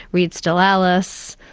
read still alice.